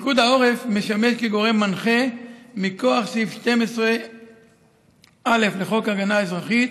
פיקוד העורף משמש גורם מנחה מכוח סעיף 12(א) לחוק הגנה אזרחית,